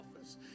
office